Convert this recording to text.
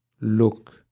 look